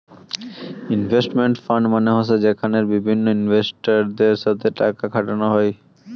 investment fund মানে হসে যেখানে বিভিন্ন ইনভেস্টরদের সাথে টাকা খাটানো হই